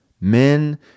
men